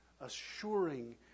assuring